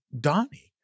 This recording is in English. Donnie